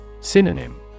Synonym